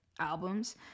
albums